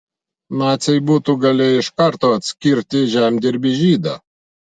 naciai būtų galėję iš karto atskirti žemdirbį žydą